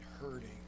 hurting